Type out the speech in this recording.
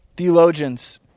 Theologians